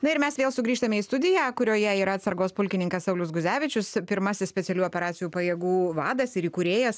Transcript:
na ir mes vėl sugrįžtame į studiją kurioje yra atsargos pulkininkas saulius guzevičius pirmasis specialiųjų operacijų pajėgų vadas ir įkūrėjas